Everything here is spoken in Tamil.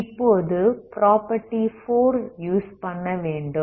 இப்போது ப்ராப்பர்ட்டி 4 யூஸ் பண்ணவேண்டும்